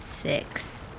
Six